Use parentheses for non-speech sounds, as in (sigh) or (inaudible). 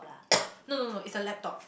(coughs) no no no it's a laptop